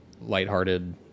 lighthearted